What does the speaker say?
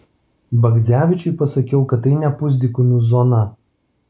bagdzevičiui pasakiau kad tai ne pusdykumių zona